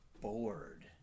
bored